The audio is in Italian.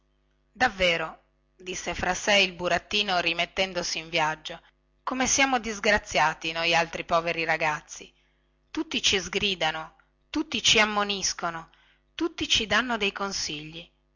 davvero disse fra sé il burattino rimettendosi in viaggio come siamo disgraziati noialtri poveri ragazzi tutti ci sgridano tutti ci ammoniscono tutti ci danno consigli